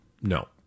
No